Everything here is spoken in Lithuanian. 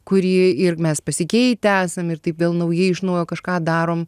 kurį ir mes pasikeitę esam ir taip vėl naujai iš naujo kažką darom